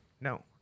No